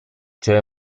cioè